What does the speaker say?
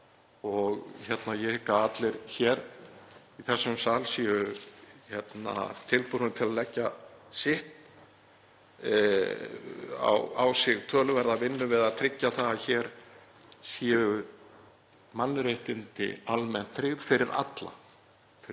Ég hygg að allir hér í þessum sal séu tilbúnir til að leggja á sig töluverða vinnu við að tryggja það að hér séu mannréttindi almennt tryggð fyrir alla